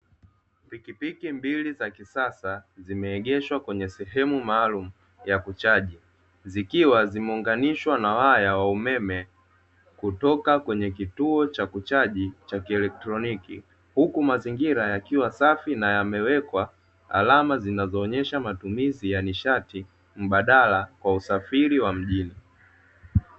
Pikipiki mbili za kisasa zimeegeshwa kwenye sehemu maalum ya kuchaji, zikiwa zimeunganishwa na waya wa umeme kutoka kwenye kituo cha kuchaji cha kielektroniki huku mazingira yakiwa safi na yamewekwa alama zinaonesha matumizi ya nishati mbadala kwa usafiri wa mjini.